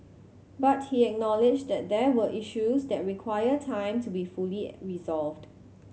but he acknowledged that there were issues that require time to be fully resolved